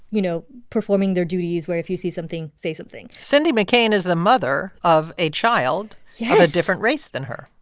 you know, performing their duties where if you see something, say something cindy mccain is the mother of a child yeah of a different race than her